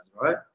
right